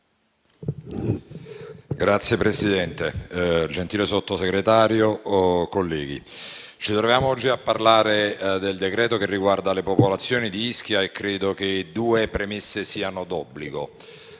Signor Presidente, gentile Sottosegretario, colleghi, parlando oggi del provvedimento che riguarda le popolazioni di Ischia, credo che due premesse siano d'obbligo.